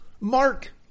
mark